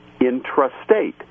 intrastate